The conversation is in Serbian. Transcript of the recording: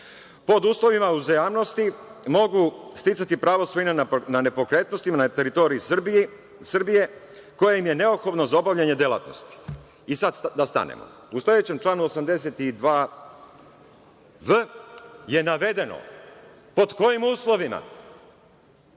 pod uslovima uzajamnosti mogu sticati pravo svojine na nepokretnostima na teritoriji Srbije koje im je neophodno za obavljanje delatnosti. I sad da stanemo.U sledećem članu 82v je navedeno pod kojim uslovima,